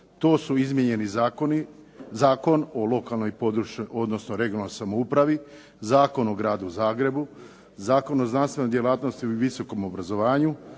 To su izmijenjeni zakoni Zakon o lokalnoj i područnoj odnosno regionalnoj samoupravi, Zakon o Gradu Zagrebu, Zakon o znanstvenoj djelatnosti i visokom obrazovanju,